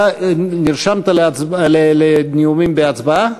אתה נרשמת לנאומים בהצבעה?